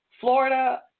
Florida